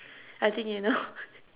I think you know